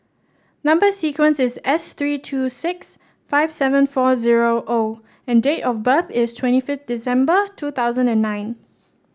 number sequence is S three two six five seven four zero O and date of birth is twenty fifth December two thousand and nine